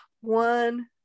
one